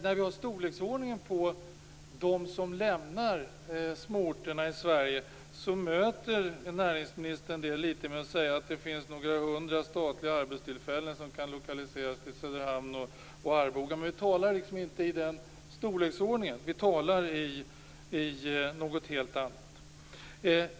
När vi utgår från en storleksordning motsvarande det antal som lämnar småorterna i Sverige hänvisar näringsministern till några hundra statliga arbetstillfällen som kan lokaliseras till Söderhamn och Arboga. Det som vi talar om är inte i den storleksordningen utan är något helt annat.